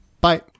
Bye